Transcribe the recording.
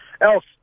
else